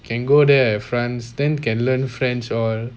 can go there at france then can learn french all